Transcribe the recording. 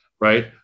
Right